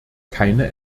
keine